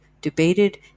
debated